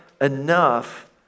enough